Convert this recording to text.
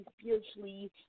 spiritually